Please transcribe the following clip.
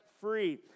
free